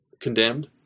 condemned